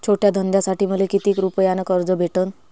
छोट्या धंद्यासाठी मले कितीक रुपयानं कर्ज भेटन?